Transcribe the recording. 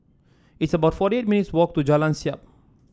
it's about forty eight minutes' walk to Jalan Siap